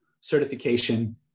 certification